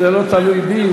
זה לא תלוי בי.